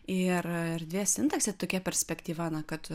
ir erdvės sintaksę tokia perspektyva na kad